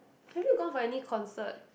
have you gone for any concert